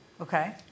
Okay